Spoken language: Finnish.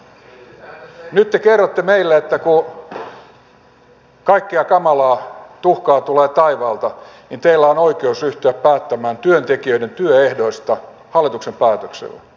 nyt te kerrotte meille että kun kaikkea kamalaa tuhkaa tulee taivaalta niin teillä on oikeus ryhtyä päättämään työntekijöiden työehdoista hallituksen päätöksellä